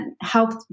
helped